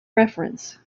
reference